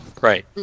right